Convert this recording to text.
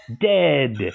dead